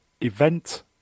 event